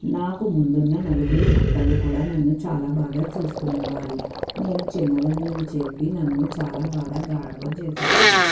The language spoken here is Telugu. నాకు ముందున్న నలుగురు అక్కలు కూడా నన్ను చాలా బాగా చూసుకునేవారు నేను చిన్నదాన్నని చెప్పి నన్ను చాలా బాగా గారాబం చేసేవారు